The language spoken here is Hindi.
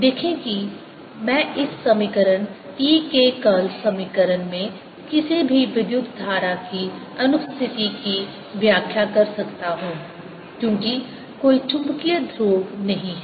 देखें कि मैं इस समीकरण e के कर्ल समीकरण में किसी भी विद्युत धारा की अनुपस्थिति की व्याख्या कर सकता हूं क्योंकि कोई चुंबकीय ध्रुव नहीं हैं